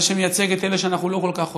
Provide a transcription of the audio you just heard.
זה שמייצג את אלה שאנחנו לא כל כך אוהבים.